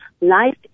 Life